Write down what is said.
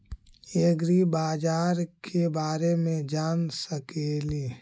ऐग्रिबाजार के बारे मे जान सकेली?